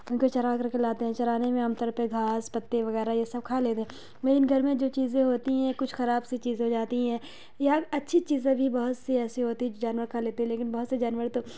ان کو چرا کر کے لاتے ہیں چرانے میں عام طور پہ گھاس پتے وغیرہ یہ سب کھا لیتے ہیں لیکن گھر میں جو چیزیں ہوتی ہیں کچھ خراب سی چیزیں ہو جاتی ہیں یا اچھی چیزیں بھی بہت سی ایسی ہوتی ہیں جو جانور کھا لیتے ہیں لیکن بہت سے جانور تو